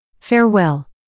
Farewell